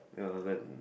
ya